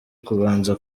kubanza